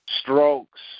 strokes